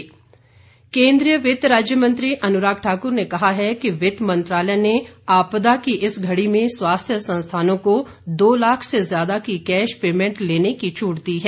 अनुराग ठाकुर केंद्रीय वित्त राज्य मंत्री अनुराग ठाक्र ने कहा है कि वित्त मंत्रालय ने आपदा की इस घड़ी में स्वास्थ्य संस्थानों को दो लाख से ज्यादा की कैश पेमेंट लेने की छट दी है